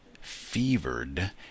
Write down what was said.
fevered